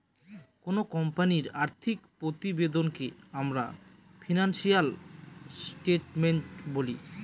কোনো কোম্পানির আর্থিক প্রতিবেদনকে আমরা ফিনান্সিয়াল স্টেটমেন্ট বলি